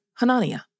Hanania